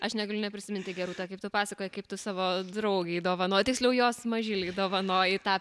aš negaliu neprisiminti gerūta kaip tu pasakojai kaip tu savo draugei dovano tiksliau jos mažylį dovanojai tą